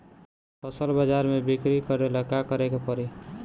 फसल बाजार मे बिक्री करेला का करेके परी?